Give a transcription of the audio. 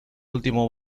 último